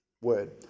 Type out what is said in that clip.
word